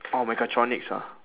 oh mechatronics ah